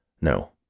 No